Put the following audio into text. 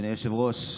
אדוני היושב-ראש,